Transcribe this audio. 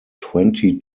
twenty